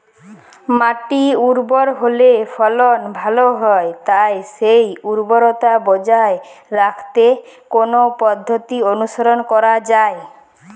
মাটি উর্বর হলে ফলন ভালো হয় তাই সেই উর্বরতা বজায় রাখতে কোন পদ্ধতি অনুসরণ করা যায়?